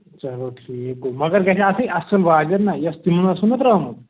چلو ٹھیٖک مَگر گژھِ آسٕنۍ اَصٕل واریاہ